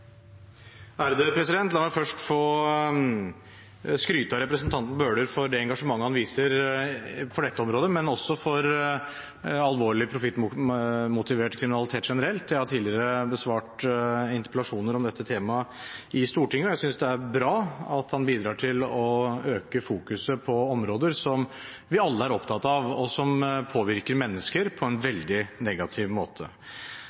La meg først få skryte av representanten Bøhler for det engasjementet han viser ikke bare på dette området, men også når det gjelder alvorlig profittmotivert kriminalitet generelt. Jeg har tidligere besvart interpellasjoner om dette temaet i Stortinget, og jeg synes det er bra at han bidrar til styrket fokus innenfor områder som vi alle er opptatt av, og som påvirker mennesker på en veldig negativ måte.